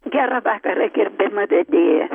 gerą vakarą gerbiama vedėja